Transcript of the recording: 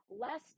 less